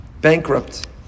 bankrupt